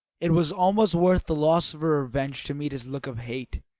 it was almost worth the loss of her revenge to meet his look of hate,